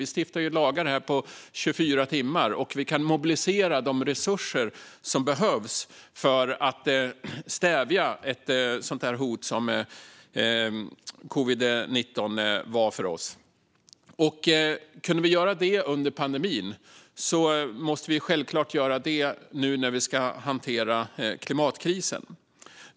Vi stiftar lagar här på 24 timmar, och vi kan mobilisera de resurser som behövs för att stävja ett sådant hot som covid-19 var för oss. Om vi kunde göra det under pandemin måste vi självklart göra det nu när vi ska hantera klimatkrisen.